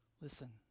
Listen